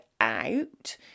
out